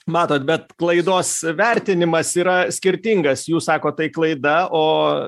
matot bet klaidos vertinimas yra skirtingas jūs sakot tai klaida o